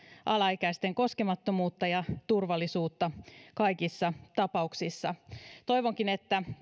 alaikäisten koskemattomuutta ja turvallisuutta kaikissa tapauksissa toivonkin että